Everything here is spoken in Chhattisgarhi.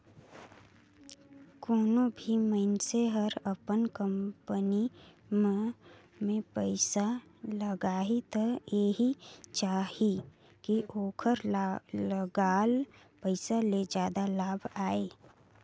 कोनों भी मइनसे हर अपन कंपनी में पइसा लगाही त एहि चाहही कि ओखर लगाल पइसा ले जादा लाभ आये